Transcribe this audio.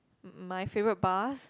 m~ my favourite bars